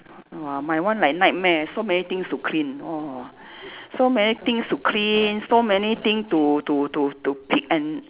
!wah! my one like nightmare so many things to clean ah so many things to clean so many things to to to to pick and